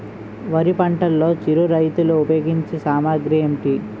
వరి పంటలో చిరు రైతులు ఉపయోగించే సామాగ్రి ఏంటి?